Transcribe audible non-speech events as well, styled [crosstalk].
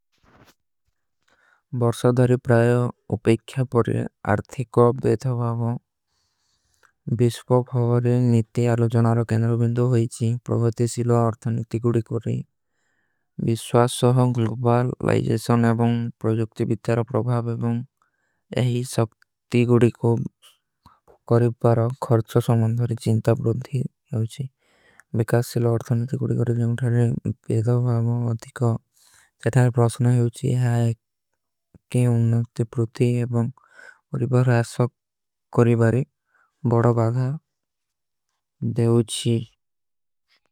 ବର୍ଶା ଧର୍ଯ ପ୍ରାଯ ଉପେଖ୍ଯା ପଡେ ଆର୍ଥିକୋ ବେଧା ଭାଵା ଵିଶ୍ଵାଖ ଭାଵାରେ। ନିତ୍ତେ ଅଲୋଜନାର ଖେନଲ ବିଂଦୋ ହୋଈଚୀ ପ୍ରଭାତେ ସିଲୋ ଅର୍ଥାନିତି ଗୁଡୀ। କରେ ଵିଶ୍ଵାସ ସହାଁ ଗ୍ଲୋବାଲ ଲାଇଜେଶନ ଅବଂ ପ୍ରଜୌକ୍ଷିଵିତ୍ତେର ପ୍ରଭାବ ଅ। ଏହୀ ସକ୍ତୀ ଗୁଡୀ କୋ [hesitation] କରିବାରା ଖର୍ଚ ସମଂଧାରୀ। ଚିଂତା ପ୍ରୁଂଧୀ ହୋଚୀ ବିକାସ ସିଲୋ ଅର୍ଥାନିତି ଗୁଡୀ କରେ ଜୋଂଗ ଧାରେ ବେଧା। ଭାଵା ଅଧିକା ଚେଥାର ପ୍ରଶନା ହୋଚୀ ଯହାଈ କେ ଉନ୍ହୋଂତେ ପ୍ରୁତୀ ଏବଂ। ଓରିବାର ଆଶ୍ଵାକ [hesitation] କରିବାରୀ ବଡା ବାଗା ଦେଵୁଚୀ।